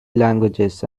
languages